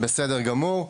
בסדר גמור.